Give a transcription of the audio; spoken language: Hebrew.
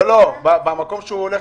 הוא הולך